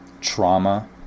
trauma